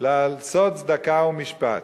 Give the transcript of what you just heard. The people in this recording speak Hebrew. לעשות צדקה ומשפט.